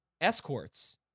escorts